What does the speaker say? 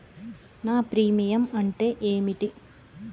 నా ప్రీమియం అంటే ఏమిటి?